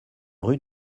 rue